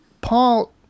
Paul